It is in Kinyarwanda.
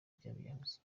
by’abiyahuzi